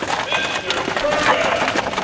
mr. purgon!